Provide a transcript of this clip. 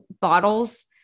bottles